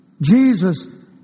Jesus